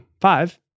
five